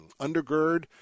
undergird